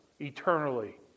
eternally